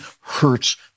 hurts